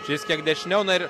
šis kiek dešiniau na ir